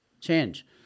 change